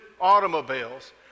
automobiles